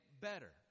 better